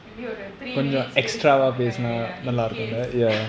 may be ஒரு:oru three minutes பேசிட்டா:pesitta ya ya ya in case